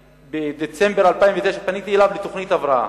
בדצמבר 2009 פניתי אליו לתוכנית הבראה,